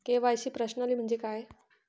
KYC प्रश्नावली म्हणजे काय?